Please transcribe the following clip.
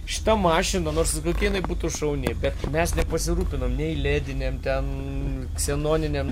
šita mašina nors ir kokia jinai būtų šauni bet mes nepasirūpinom nei lėdinėm ten ksenoninėm